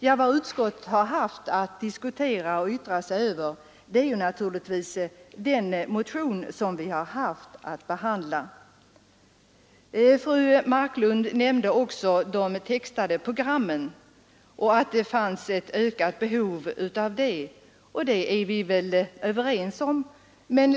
Men vad utskottet haft att diskutera och yttra sig över har naturligtvis varit den motion vi har haft att behandla. Fru Marklund nämnde att det finns ett behov av fler textade program i TV, och det är vi väl överens om.